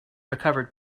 recovered